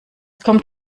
kommt